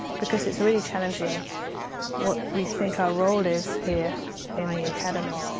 because it's really challenging what we think our role is here in the academy.